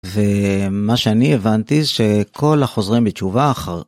ומה שאני הבנתי, שכל החוזרים בתשובה אחר.